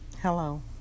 Hello